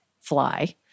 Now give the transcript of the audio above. fly